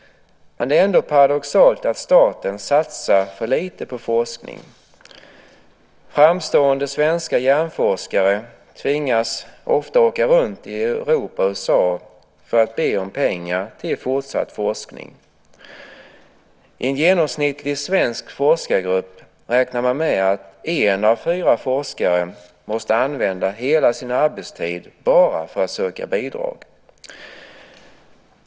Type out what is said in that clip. Det är ändå paradoxalt nog så att staten satsar för lite på forskning. Framstående svenska hjärnforskare tvingas ofta åka runt i Europa och USA för att be om pengar till fortsatt forskning. Man räknar med att i en genomsnittlig svensk forskargrupp måste en av fyra forskare använda hela sin arbetstid bara åt att söka bidrag.